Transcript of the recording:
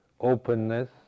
openness